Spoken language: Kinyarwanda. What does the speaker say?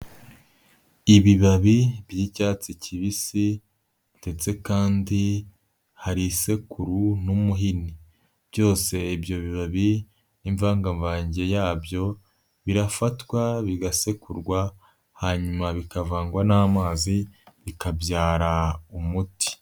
Ibibabi by'icyatsi kibisi, ndetse kandi hari isekuru n'umuhini, byose ibyo bibabi, imvangavange yabyo birafatwa bigasekurwa, hanyuma bikavangwa n'amazi bikabyara umuti.